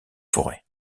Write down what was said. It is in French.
forêts